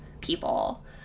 people